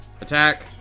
attack